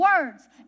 words